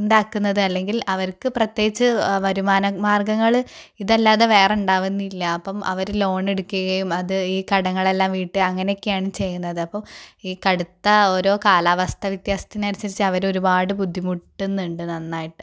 ഉണ്ടാക്കുന്നത് അല്ലെങ്കിൽ അവർക്ക് പ്രത്യേകിച്ച് വരുമാന മാർഗങ്ങൾ ഇതല്ലാതെ വേറെ ഉണ്ടാവുന്നില്ല അപ്പം അവർ ലോൺ എടുക്കുകയും അത് ഈ കടങ്ങളെല്ലാം വീട്ടി അങ്ങനെയൊക്കെയാണ് ചെയ്യുന്നത് അപ്പം ഈ കടുത്ത ഓരോ കാലാവസ്ഥ വ്യത്യാസത്തിന് അനുസരിച്ച് അവർ ഒരുപാട് ബുദ്ധിമുട്ടുന്നുണ്ട് നന്നായിട്ട്